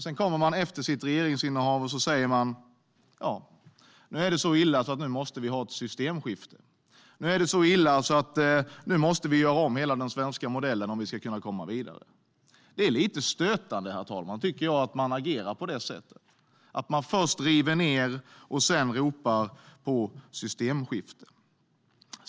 Sedan kommer man, efter sitt regeringsinnehav, och säger att det är så illa att vi måste ha ett systemskifte, att det är så illa att vi måste göra om hela den svenska modellen om vi ska kunna komma vidare. Det är lite stötande, herr talman, att man agerar på det sättet. Först river man ned, sedan ropar man på systemskifte.